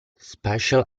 spatial